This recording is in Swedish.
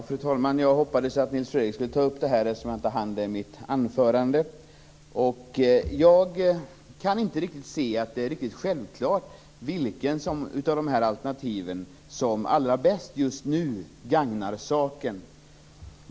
Fru talman! Jag hoppades att Nils Fredrik Aurelius skulle ta upp frågan eftersom jag inte hann med det i mitt anförande. Jag kan inte riktigt se att det är självklart vilket av dessa alternativ som allra bäst just nu gagnar saken.